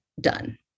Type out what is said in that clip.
done